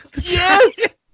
Yes